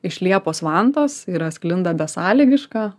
iš liepos vantos yra sklinda besąlygiška